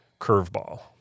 curveball